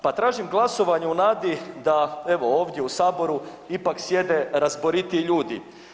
Pa tražim glasovanje u nadi da evo ovdje u Saboru ipak sjede razboritiji ljudi.